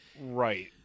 Right